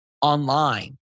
online